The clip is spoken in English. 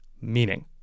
meaning